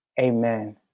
amen